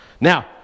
Now